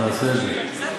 אנחנו נעשה את זה,